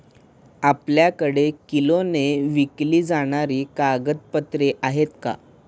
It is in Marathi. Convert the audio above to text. आपल्याकडे किलोने विकली जाणारी कागदपत्रे आहेत का?